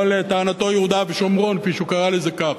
או לטענתו יהודה ושומרון, כפי שהוא קרא לזה כך.